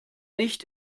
nicht